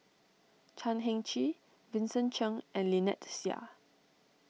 Chan Heng Chee Vincent Cheng and Lynnette Seah